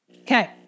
Okay